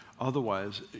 Otherwise